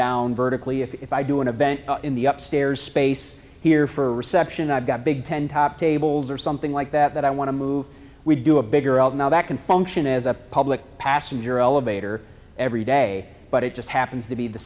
down vertically if i do an event in the up stairs space here for reception i've got big ten top tables or something like that that i want to move we do a bigger of now that can function as a public passenger elevator every day but it just happens to be the